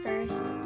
First